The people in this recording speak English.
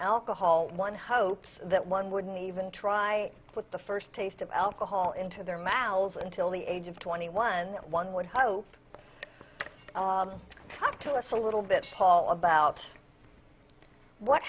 alcohol one hopes that one wouldn't even try to put the first taste of alcohol into their mouths until the age of twenty one one would hope talk to us a little bit paul about what